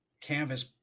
canvas